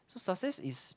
so success is